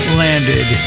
landed